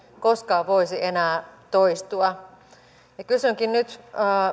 koskaan voisi enää toistua kysynkin nyt